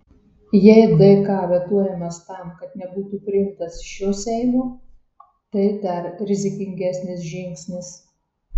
jei dk vetuojamas tam kad nebūtų priimtas šio seimo tai dar rizikingesnis žingsnis